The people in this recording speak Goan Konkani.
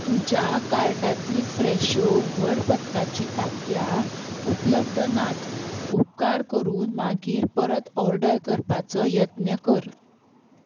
तुज्या कार्टांतली फ्रॅशो व्हड पत्काची तांतयां उपलब्ध नात उपकार करून मागीर परत ऑर्डर करपाचो यत्न कर